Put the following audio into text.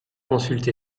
consultent